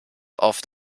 oft